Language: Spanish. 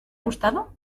gustado